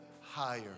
higher